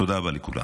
תודה רבה לכולם.